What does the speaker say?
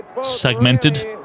segmented